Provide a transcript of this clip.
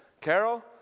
Carol